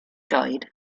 guide